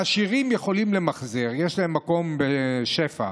העשירים יכולים למחזר, יש להם מקום בשפע.